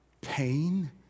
pain